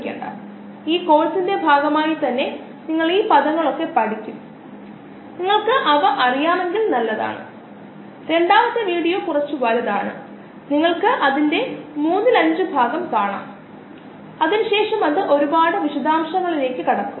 ഒരൊറ്റ കോശമാണ് നമ്മൾ പരിഗണിക്കുന്നതെങ്കിൽ ഏറ്റവും ലളിതമായ ഗണിത പ്രാതിനിധ്യം അല്ലെങ്കിൽ ഒരു ഗണിതശാസ്ത്ര മാതൃക ഇപ്രകാരമാണ് നൽകിയ കോശങ്ങളുടെ വളർച്ചയുടെ നിരക്ക് കോശങ്ങളുടെ സാന്ദ്രത x ന് നേരിട്ട് ആനുപാതികമാണ് ആദ്യ ഓർഡർ മോഡൽ അല്ലെങ്കിൽ ഒരു നിശ്ചിത mu x ന് തുല്യമാക്കുന്നു